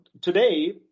today